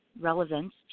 relevance